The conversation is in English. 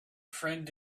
friend